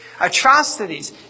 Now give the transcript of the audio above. Atrocities